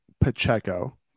Pacheco